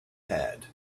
had